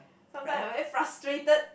sometime I very frustrated